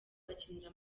akinira